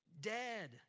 dead